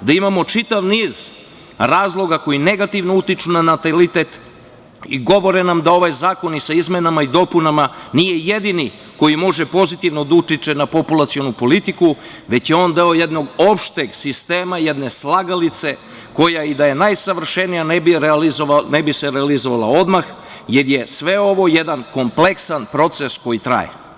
da imamo čitav niz razloga koji negativno utiču na natalitet i govore nam da ovaj zakon i sa izmenama i dopunama nije jedini koji može pozitivno da utiče na populacionu politiku, već je on deo jednog opšteg sistema, jedne slagalice koja i da je najsavršenija ne bi je realizovao, ne bi se realizovala odmah, jer je sve ovo jedan kompleksan proces koji traje.